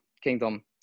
Kingdom